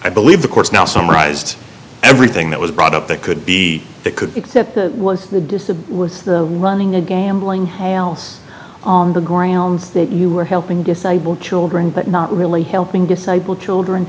i believe the course now summarized everything that was brought up that could be could be the distance with the running a gambling house on the grounds that you were helping disabled children but not really helping disabled children